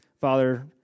Father